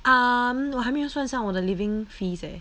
um 我还没有算上我的 living fees eh